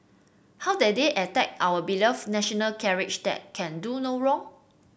how dare they attack our beloved national carrier that can do no wrong